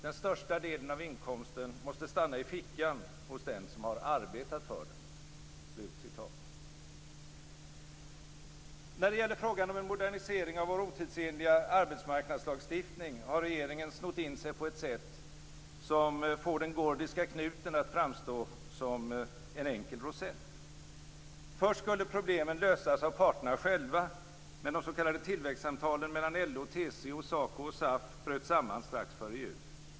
Den största delen av inkomsten måste stanna i fickan hos den som har arbetat för den." När det gäller frågan om en modernisering av vår otidsenliga arbetsmarknadslagstiftning har regeringen snott in sig på ett sätt som får den gordiska knuten att framstå som en enkel rosett. Först skulle problemen lösas av parterna själva, men de s.k. tillväxtsamtalen mellan LO, TCO, SACO och SAF bröt samman strax före jul.